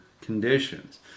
conditions